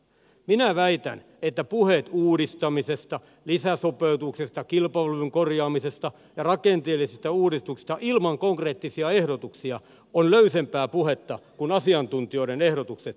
minä väitän että puheet uudistamisesta lisäsopeutuksesta kilpailukyvyn korjaamisesta ja rakenteellisista uudistuksista ilman konkreettisia ehdotuksia ovat löysempää puhetta kuin asiantuntijoiden ehdotukset elvytystarpeesta